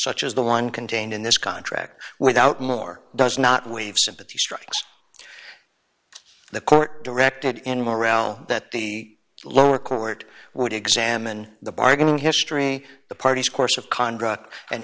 such as the one contained in this contract without more does not waive sympathy strikes the court directed and morale that the lower court would examine the bargaining history the parties course of conduct an